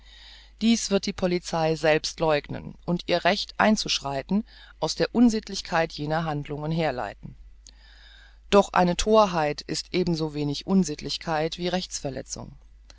dies wird die polizei selbst läugnen und ihr recht einzuschreiten aus der unsittlichkeit jener handlungen herleiten doch eine thorheit ist ebensowenig unsittlichkeit wie